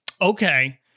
Okay